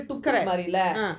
correct ah